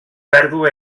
pèrdua